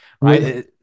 right